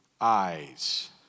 eyes